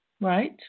Right